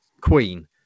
Queen